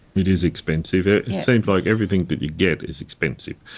it is expensive. it seems like everything that you get is expensive.